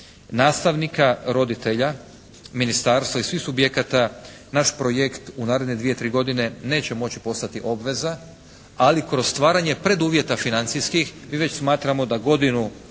nastavnika, roditelja, ministarstva i svih subjekata naš projekt u naredne dvije-tri godine neće moći postati obveza, ali kroz stvaranje preduvjeta financijskih mi već smatramo da godinu